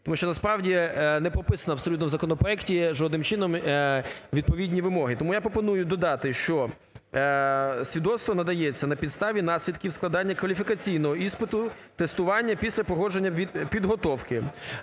Тому що насправді не прописано абсолютно в законопроекті жодним чином відповідні вимоги. Тому я пропоную додати, що свідоцтво надається на підставі наслідків складання кваліфікаційного іспиту, тестування після проходження підготовки.